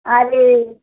अरे